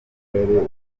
n’imikorere